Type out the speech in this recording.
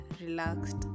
relaxed